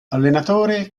allenatore